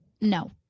No